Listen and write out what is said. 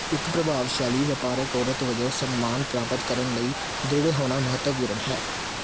ਇੱਕ ਪ੍ਰਭਾਵਸ਼ਾਲੀ ਵਪਾਰਕ ਔਰਤ ਵਜੋਂ ਸਨਮਾਨ ਪ੍ਰਾਪਤ ਕਰਨ ਲਈ ਦ੍ਰਿੜ੍ਹ ਹੋਣਾ ਮਹੱਤਵਪੂਰਨ ਹੈ